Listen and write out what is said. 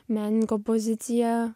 menininko pozicija